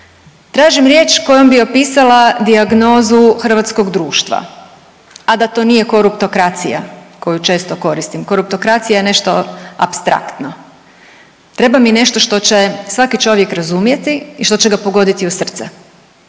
tražim riječ kojom bi opisala dijagnozu hrvatskog društva, a da to nije to koruptokracija koju često koristim. Koruptokracija je nešto apstraktno. Treba mi nešto što će svaki čovjek razumjeti i što će ga pogoditi u srce